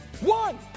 One